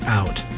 out